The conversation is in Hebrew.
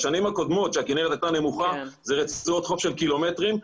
בשנים הקודמות שהכנרת הייתה נמוכה זה רצועות חוף של קילומטרים,